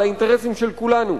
על האינטרסים של כולנו,